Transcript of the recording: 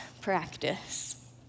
practice